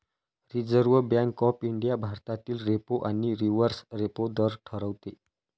reserve bank of India भारतातील repo आणि reverse repo दर ठरवते